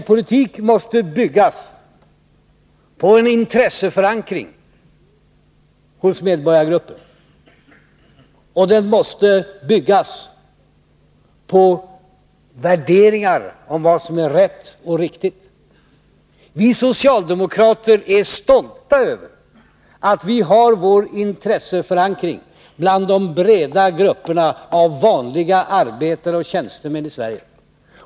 Politik måste byggas på en intresseförankring hos medborgargrupper, och den måste byggas på värderingar om vad som är rätt och riktigt. Vi socialdemokrater är stolta över att vi har vår intresseförankring bland de breda grupperna av vanliga arbetare och tjänstemän i Sverige.